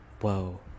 Whoa